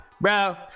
bro